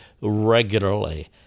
regularly